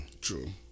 True